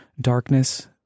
darkness